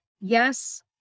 Yes